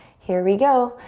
here we go.